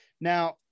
Now